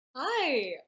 Hi